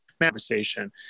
conversation